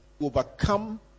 overcome